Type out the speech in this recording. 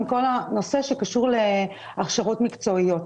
כל הנושא שקשור להכשרות מקצועיות.